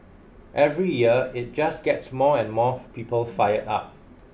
every year it just gets more and more people fired up